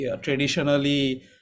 traditionally